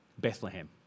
Bethlehem